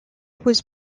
was